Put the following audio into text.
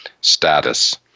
status